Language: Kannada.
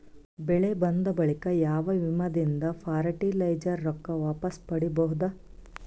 ಬೆಳಿ ಬಂದ ಬಳಿಕ ಯಾವ ವಿಮಾ ದಿಂದ ಫರಟಿಲೈಜರ ರೊಕ್ಕ ವಾಪಸ್ ಪಡಿಬಹುದು?